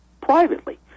privately